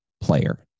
player